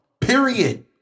Period